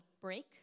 break